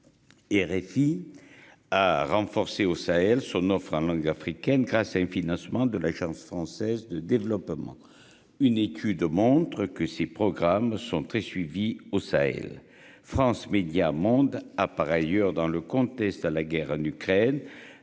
RFI a renforcé au Sahel son offre en langues africaines grâce à un financement de l'Agence française de développement, une étude montre que ces programmes sont très suivies au Sahel France Médias Monde a, par ailleurs, dans le contexte à la guerre en Ukraine